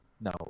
No